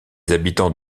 habitants